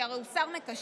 כי הרי הוא שר מקשר,